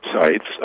Sites